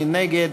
מי נגד?